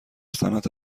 صنعت